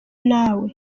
nawe